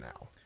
now